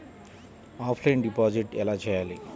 Offline deposit ఎలా చేయాలి?